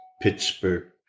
Pittsburgh